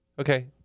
Okay